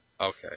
Okay